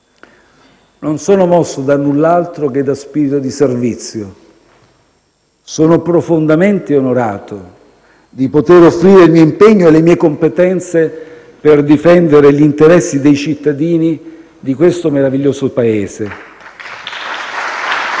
Non sono mosso da null'altro che da spirito di servizio. Sono profondamente onorato di poter offrire il mio impegno e le mie competenze per difendere gli interessi dei cittadini di questo meraviglioso Paese.